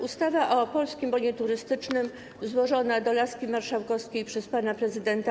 Ustawa o Polskim Bonie Turystycznym złożona do laski marszałkowskiej przez pana prezydenta